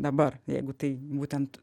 dabar jeigu tai būtent